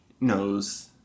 knows